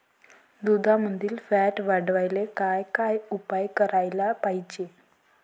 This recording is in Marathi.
दुधामंदील फॅट वाढवायले काय काय उपाय करायले पाहिजे?